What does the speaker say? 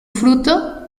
fruto